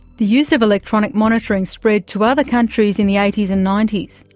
the use of electronic monitoring spread to other countries in the eighty s and ninety s.